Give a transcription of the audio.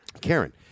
Karen